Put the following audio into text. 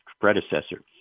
predecessor